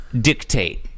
dictate